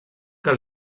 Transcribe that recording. que